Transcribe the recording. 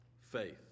faith